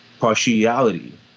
partiality